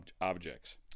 objects